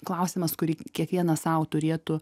klausimas kurį kiekvienas sau turėtų